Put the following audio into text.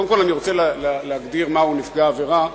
קודם כול אני רוצה להגדיר מהו נפגע עבירה,